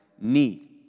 need